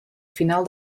final